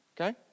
okay